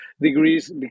degrees